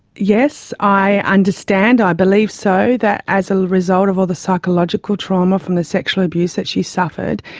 yes. i understand, i believe so, that as a result of all the psychological trauma from the sexual abuse that she suffered,